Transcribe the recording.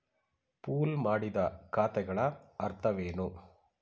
Pool ಮಾಡಿದ ಖಾತೆಗಳ ಅರ್ಥವೇನು?